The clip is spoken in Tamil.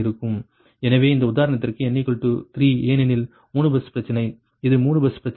எனவே இந்த உதாரணத்திற்கு n 3 ஏனெனில் 3 பஸ் பிரச்சனை இது 3 பஸ் பிரச்சனைகள்